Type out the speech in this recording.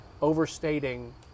overstating